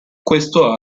questo